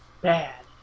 Bad